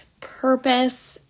purpose